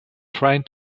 trying